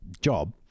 job